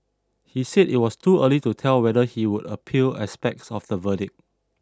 he said it was too early to tell whether he would appeal aspects of the verdict